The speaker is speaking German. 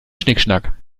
schnickschnack